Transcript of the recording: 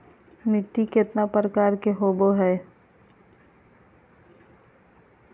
मिट्टी केतना प्रकार के होबो हाय?